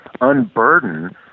unburden